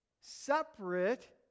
separate